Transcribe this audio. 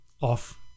off